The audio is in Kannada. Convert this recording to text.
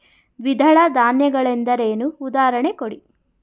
ದ್ವಿದಳ ಧಾನ್ಯ ಗಳೆಂದರೇನು, ಉದಾಹರಣೆ ಕೊಡಿ?